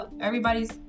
everybody's